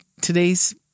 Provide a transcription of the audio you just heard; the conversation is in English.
today's